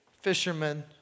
fishermen